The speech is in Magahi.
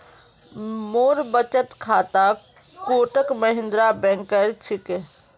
मोर बचत खाता कोटक महिंद्रा बैंकेर छिके